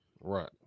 Right